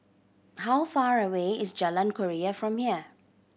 how far away is Jalan Keria from here